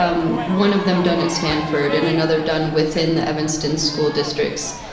um one of them done at stanford and another done within the evanston school districts,